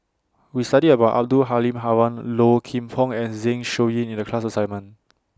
We studied about Abdul Halim Haron Low Kim Pong and Zeng Shouyin in The class assignment